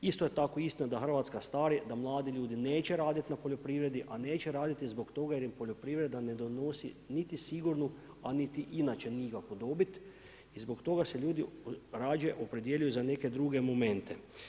Isto je tako istina da Hrvatska stari, da mladi ljudi neće raditi na poljoprivredi, a neće raditi zbog toga, jer im poljoprivreda ne donosi, niti sigurnu, a niti inače nikakvu dobiti, zbog toga se ljudi rađe opredjeljuju za neke druge momente.